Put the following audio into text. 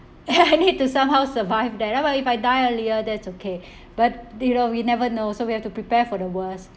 ya I need to somehow survive that well if I die earlier that's okay but you know we never know so we have to prepare for the worst